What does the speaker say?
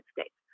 States